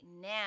now